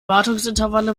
wartungsintervalle